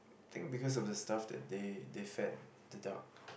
think because of the stuff that they they fat the dark